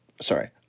sorry